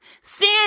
Sin